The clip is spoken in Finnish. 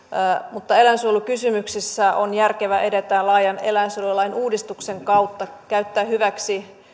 mutta eläinsuojelukysymyksissä on järkevää edetä laajan eläinsuojelulain uudistuksen kautta käyttää hyväksi